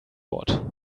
what